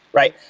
right?